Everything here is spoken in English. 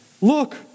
Look